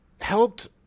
helped